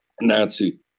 Nazi